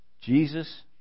Jesus